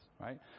Right